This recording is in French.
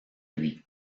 lui